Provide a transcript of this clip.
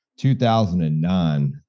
2009